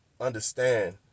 understand